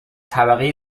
طبقه